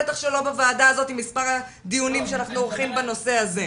בטח שלא בוועדה הזאת עם מספר הדיונים שאנחנו עורכים בנושא הזה.